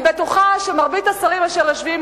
אני בטוחה שמרבית השרים אשר יושבים